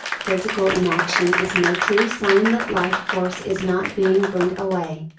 physical inaction is no true sign that life force is not being burned away.